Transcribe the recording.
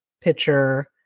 pitcher